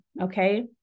okay